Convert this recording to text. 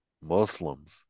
Muslims